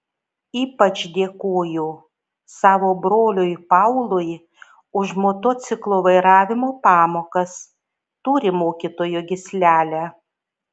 ypač dėkoju savo broliui paului už motociklo vairavimo pamokas turi mokytojo gyslelę